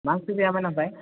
मा ओंख्रि जायामोन ओमफ्राय